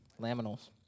Laminals